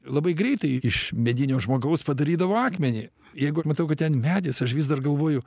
labai greitai iš medinio žmogaus padarydavo akmenį jeigu matau kad ten medis aš vis dar galvoju